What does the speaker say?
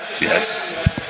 Yes